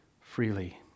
freely